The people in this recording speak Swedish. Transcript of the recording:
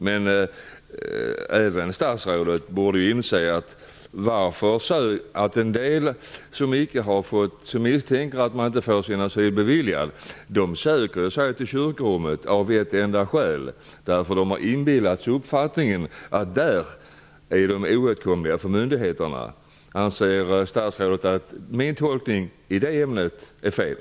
Men även statsrådet borde inse att en del flyktingar som misstänker att de inte får sin asylansökan beviljad söker sig till kyrkorummet av ett enda skäl, nämligen att de har ingivits uppfattningen att de där är oåtkomliga för myndigheterna. Anser statsrådet att min tolkning i detta avseende är fel?